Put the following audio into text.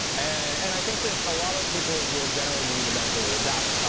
and i think that a lot of people will generally give you the benefit of the doubt.